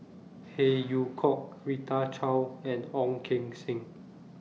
Phey Yew Kok Rita Chao and Ong Keng Sen